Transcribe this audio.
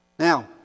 Now